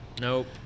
nope